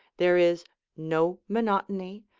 there is no monotony,